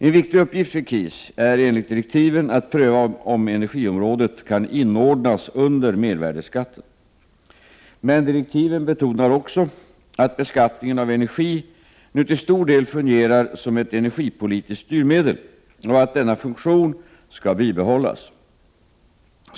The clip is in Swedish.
En viktig uppgift för KIS är enligt direktiven att pröva om energiområdet kan inordnas under mervärdeskatten. Men i direktiven betonas också att beskattningen av energi nu till stor del fungerar som ett energipolitiskt styrmedel och att denna funktion skall bibehållas.